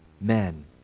men